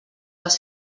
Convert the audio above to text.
les